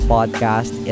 Podcast